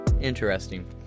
Interesting